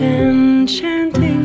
enchanting